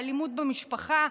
באלימות במשפחה,